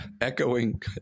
Echoing